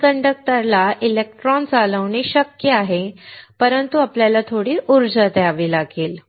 semi कंडक्टरला electron चालवणे शक्य आहे परंतु आपल्याला थोडी ऊर्जा द्यावी लागेल